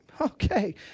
okay